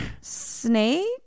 snake